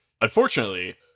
Unfortunately